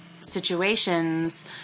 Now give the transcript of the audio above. situations